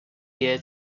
year